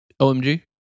OMG